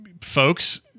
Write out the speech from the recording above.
folks